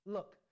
Look